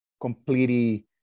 completely